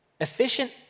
efficient